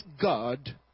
God